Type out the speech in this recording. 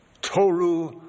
Toru